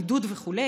בידוד וכו'.